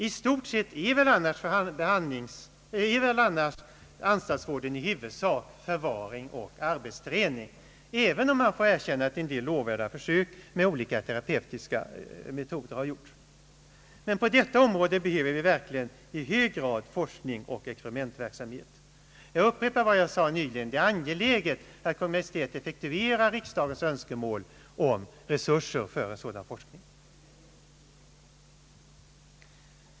I stort sett är väl anstaltsvården i huvudsak förvaring och arbetsträning, även om jag vill vitsorda att en del lovvärda försök med olika terapeutiska metoder har gjorts. Men på detta område behöver vi verkligen i hög grad forskning och experimentverksamhet. Jag upprepar vad jag nyligen sade, att det är angeläget att Kungl. Maj:t snarast effektuerar riksdagens önskemål om resurser för en sådan forskning.